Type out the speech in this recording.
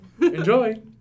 Enjoy